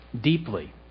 deeply